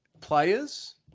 players